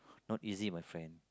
not easy my friend